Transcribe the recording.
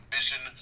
Vision